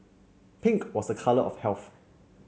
pink was a colour of health